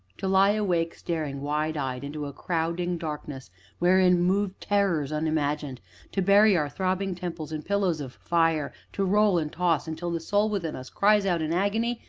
to lie awake, staring wide-eyed into a crowding darkness wherein move terrors unimagined to bury our throbbing temples in pillows of fire to roll and toss until the soul within us cries out in agony,